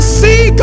see